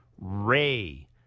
Ray